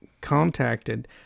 contacted